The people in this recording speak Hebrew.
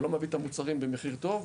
הוא לא מביא את המוצרים במחיר טוב,